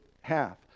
half